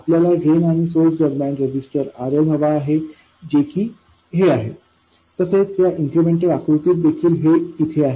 आपल्याला ड्रेन आणि सोर्स दरम्यान रेझिस्टर RL हवा आहे जे की हे आहे तसेच या इन्क्रिमेंटल आकृतीत देखील हे इथे आहे